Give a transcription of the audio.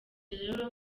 rero